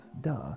duh